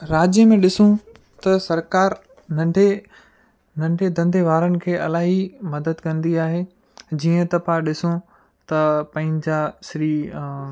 राज्य में ॾिसूं त सरकार नंढे नंढे धंधे वारनि खे इलाही मदद कंदी आहे जीअं त पाण ॾिसूं त पंहिंजा श्री